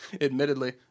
admittedly